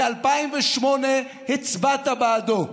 ב-2008 הצבעת בעדו.